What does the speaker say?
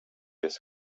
jest